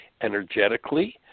energetically